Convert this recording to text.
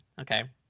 Okay